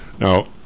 Now